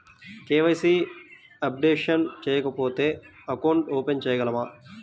KYC updation చేయకపోతే account open చేయలేమా?